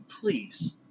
please